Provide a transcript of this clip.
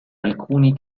alcuni